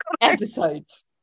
episodes